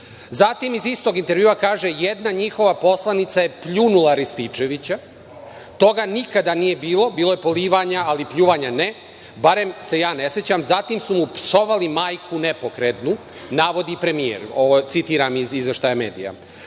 iz istog intervjua kaže – „jedna njihova poslanica je pljunula Rističevića. Toga nikada nije bilo. Bilo je polivanja, ali pljuvanja ne, barem se ja ne sećam. Zatim su mu psovali majku nepokretnu“, navodi premijer. Ovo citiram iz izveštaja medija. Zatim,